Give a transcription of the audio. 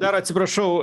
dar atsiprašau